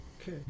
okay